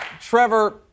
Trevor